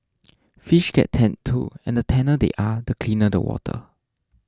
fish get tanned too and the tanner they are the cleaner the water